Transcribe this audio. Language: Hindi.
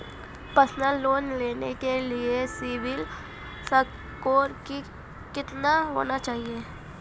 पर्सनल लोंन लेने के लिए सिबिल स्कोर कितना होना चाहिए?